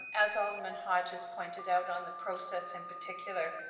um as alderman hodges pointed out on the process in particular.